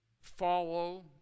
follow